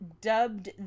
dubbed